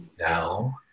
Now